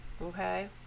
okay